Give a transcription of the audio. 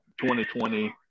2020